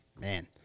man